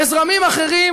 וזרמים אחרים